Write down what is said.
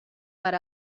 per